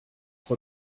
what